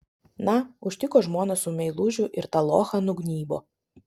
na užtiko žmoną su meilužiu ir tą lochą nugnybo